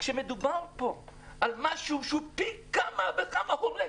כשמדובר פה על משהו שהוא פי כמה וכמה הורג,